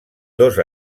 dos